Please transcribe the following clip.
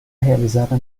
realizada